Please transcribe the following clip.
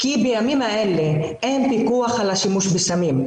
כי בימים האלה אין פיקוח על השימוש בסמים,